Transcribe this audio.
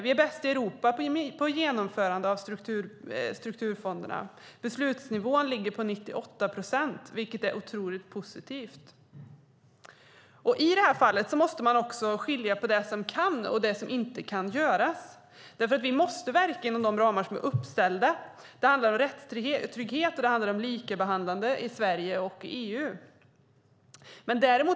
I Europa är vi i Sverige bäst på genomförandet av strukturfonderna. En beslutsnivå på 98 procent är otroligt positivt. I det här fallet måste man också skilja på det som kan göras och det som inte kan göras. Vi måste verka inom uppsatta ramar. Det handlar om rättstrygghet och om likabehandling i Sverige och i EU.